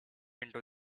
into